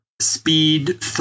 speed